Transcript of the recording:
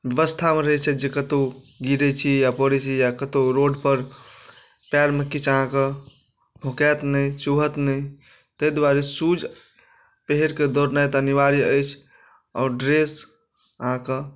बेबस्थामे रहै छी जे कतहु गिरै छी या पड़ै छी या कतहु रोडपर पाएरमे किछु अहाँके भोँकाएत नहि चुभत नहि ताहि दुआरे शूज पहिरके दौड़नाइ तऽ अनिवार्य अछि आओर ड्रेस अहाँके